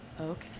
Okay